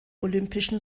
olympischen